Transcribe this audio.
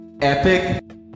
epic